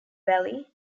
valley